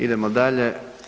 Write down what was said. Idemo dalje.